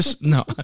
no